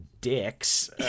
dicks